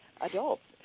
adults